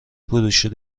بروشور